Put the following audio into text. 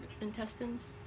intestines